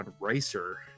Racer